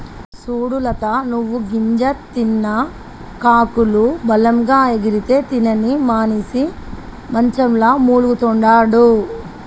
సూడు లత నువ్వు గింజ తిన్న కాకులు బలంగా ఎగిరితే తినని మనిసి మంచంల మూల్గతండాడు